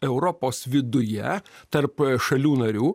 europos viduje tarp šalių narių